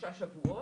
שלושה שבועות.